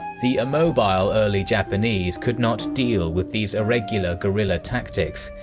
the immobile early japanese could not deal with these irregular guerilla tactics,